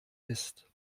ist